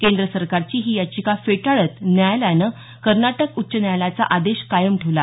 केंद्र सरकारची ही याचिका फेटाळत न्यायालयानं कर्नाटक उच्च न्यायालयाचा आदेश कायम ठेवला